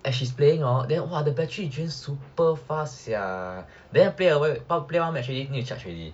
when she's playing hor then !wah! the battery drain super fast sia then play a while play one match then need to charge already